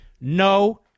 No